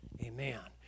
Amen